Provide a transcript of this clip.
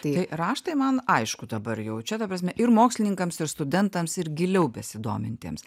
tai raštai man aišku dabar jau čia ta prasme ir mokslininkams ir studentams ir giliau besidomintiems